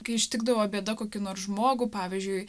kai ištikdavo bėda kokį nors žmogų pavyzdžiui